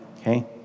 Okay